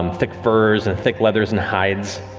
um thick furs, and thick leathers and hides,